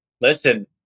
listen